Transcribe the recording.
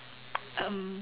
um